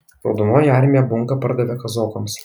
raudonoji armija bunką pardavė kazokams